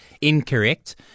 incorrect